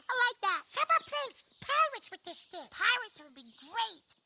like yeah yeah but pirates with the stick? pirates would be great.